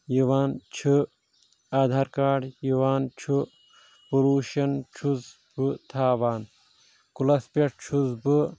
یِوان چھِ آدھار کارڑ یِوان چھُ روشن چھُس بہٕ تھاوان کُلس پٮ۪ٹھ چھُس بہٕ